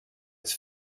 his